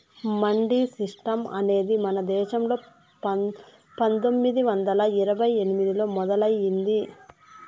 mandi system అనేది మన దేశంలో పందొమ్మిది వందల ఇరవై ఎనిమిదిలో మొదలయ్యింది